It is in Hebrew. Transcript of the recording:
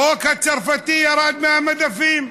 החוק הצרפתי ירד מהמדפים.